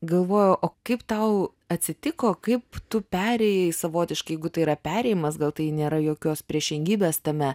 galvoju o kaip tau atsitiko kaip tu perėjai savotiškai jeigu tai yra perėjimas gal tai nėra jokios priešingybės tame